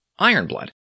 Ironblood